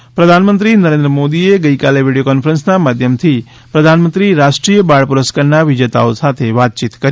પ્રધાનમંત્રી બાળ પુરસ્કાર પ્રધાનમંત્રી નરેન્દ્ર મોદીએ ગઇકાલે વીડીયો કોન્ફરન્સના માધ્યમથી પ્રધાનમંત્રી રાષ્ટ્રીય બાળ પુરસ્કારના વિજેતાઓ સાથે વાતચીત કરી